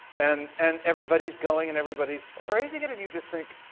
and and everybody's going and everybody's praising it, and you just think,